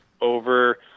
over